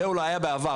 זה אולי היה בעבר.